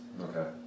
Okay